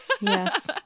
Yes